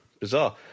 Bizarre